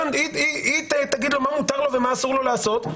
היא תגיד לו מה מותר לו ומה אסור לו לעשות,